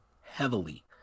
heavily